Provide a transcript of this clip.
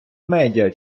медіа